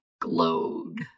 glowed